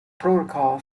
protocol